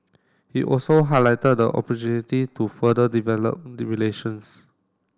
he also highlighted the opportunity to further develop the relations